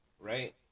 right